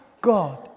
God